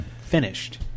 finished